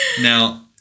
Now